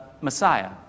Messiah